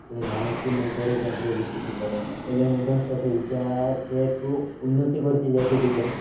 ପୁଣି ଧାନକୁ ନେଇକରି କ୍ୟାମ୍ପ୍ରେ ବିକୁଥିଲେ ଏବେ ମଧ୍ୟ ସେ ସୁବିଧା ସେହିଠୁ ଉନ୍ନତି କରିଛି ଯେହେତୁ ବିଜ୍ଞାନ